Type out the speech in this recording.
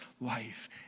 life